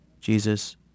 Jesus